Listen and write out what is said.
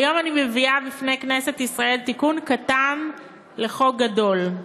היום אני מביאה בפני כנסת ישראל תיקון קטן לחוק גדול.